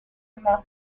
una